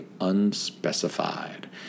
unspecified